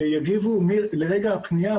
יגיבו מרגע הפניה,